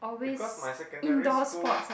because my secondary school